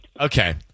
Okay